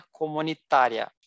Comunitária